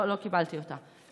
לא קיבלתי אותה.